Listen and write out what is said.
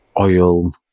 oil